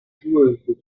joueuse